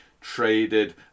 traded